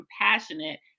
compassionate